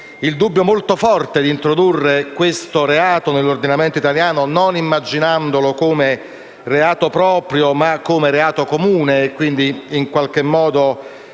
dubbio di introdurre questo reato nell'ordinamento italiano, non immaginandolo come reato proprio, ma come reato comune e, quindi, in qualche modo